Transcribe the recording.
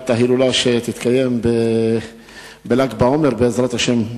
ההילולה שתתקיים בל"ג בעומר בעזרת השם,